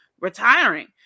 retiring